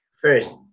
first